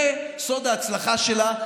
זה סוד ההצלחה שלה,